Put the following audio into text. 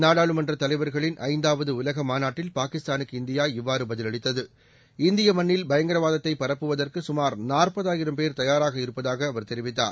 நாடாளுமன்றதலைவர்களின் ஐந்தாவதுஉலகமாநாட்டில் பாகிஸ்தானுக்கு இந்தியா இவ்வாறுபதிலளித்தது இந்தியமண்ணில் பயங்கரவாதத்தைப் பரப்புவதற்குகமார் நாற்பதாயிரம் பேர் தயாராக இரு்பபதாகஅவர் தெரிவித்தார்